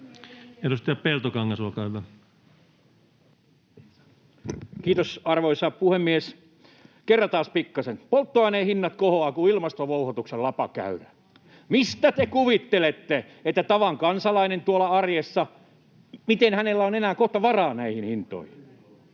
liik) Time: 16:32 Content: Kiitos, arvoisa puhemies! Kerrataan pikkasen: Polttoaineen hinnat kohoavat kuin ilmastovouhotuksen lapakäyrä. Miten te kuvittelette, että tavan kansalaisella tuolla arjessa on enää kohta varaa näihin hintoihin?